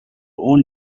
own